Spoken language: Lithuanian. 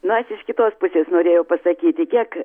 na aš iš kitos pusės norėjau pasakyti kiek